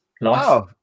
life